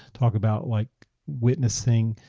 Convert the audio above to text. talk about like witnessing,